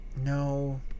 no